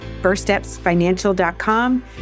firststepsfinancial.com